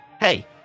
hey